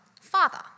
Father